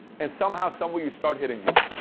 and somehow, some way, you start hitting it.